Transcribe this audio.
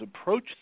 approach